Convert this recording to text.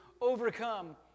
overcome